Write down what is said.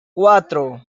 cuatro